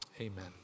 Amen